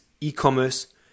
e-commerce